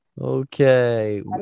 okay